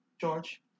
George